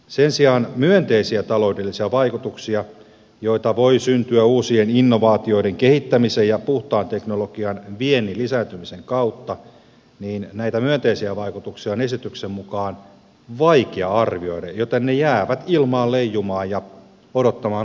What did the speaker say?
sen sijaan myönteisiä taloudellisia vaikutuksia joita voi syntyä uusien innovaatioiden kehittämisen ja puhtaan teknologian viennin lisääntymisen kautta on esityksen mukaan vaikea arvioida joten ne jäävät ilmaan leijumaan ja odottamaan aikaa parempaa